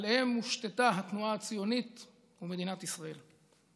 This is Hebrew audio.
שעליהם הושתתה התנועה הציונית ומדינת ישראל,